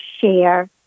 share